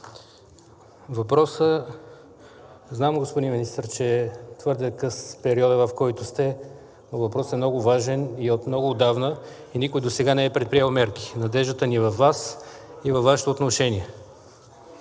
и господа! Знам, господин Министър, че е твърде къс периодът, в който сте, но въпросът е много важен и от много отдавна и никой досега не е предприел мерки. Надеждата ни е във Вас и във Вашето отношение.